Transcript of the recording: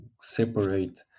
separate